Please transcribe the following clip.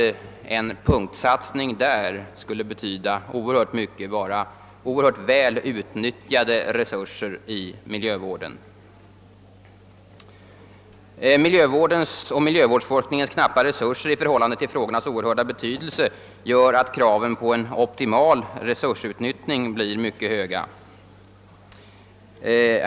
En punktsatsning här skulle betyda oerhört mycket och innebära synnerligen väl utnyttjade resurser inom miljövården. Miljövårdens och miljöforskningens relativt knappa resurser i förhållande till dessa frågors oerhörda betydelse medför att kraven på ett optimalt resursutnyttjande blir mycket höga.